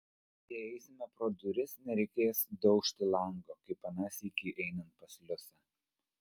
jei eisime pro duris nereikės daužti lango kaip aną sykį einant pas liusę